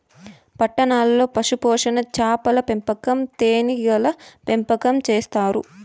పట్టణాల్లో పశుపోషణ, చాపల పెంపకం, తేనీగల పెంపకం చేత్తారు